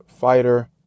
fighter